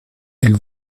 elle